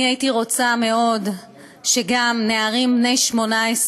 אני הייתי רוצה מאוד שגם נערים בני 18